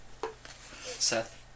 Seth